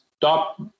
top